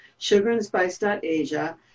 Sugarandspice.asia